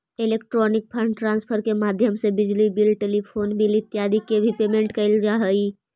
electronic fund transfer के माध्यम से बिजली बिल टेलीफोन बिल इत्यादि के पेमेंट भी कैल जा हइ